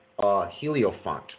HelioFont